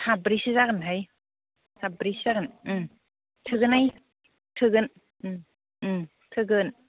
साब्रैसो जागोनहाय साब्रैसो जागोन उम थोगोनहाय थोगोन उम उम थोगोन